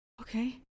okay